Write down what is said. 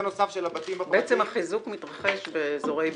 בעצם החיזוק מתרחש באזורי ביקוש.